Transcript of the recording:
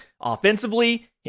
offensively